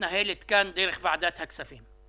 שמתנהלת כאן דרך ועדת הכספים.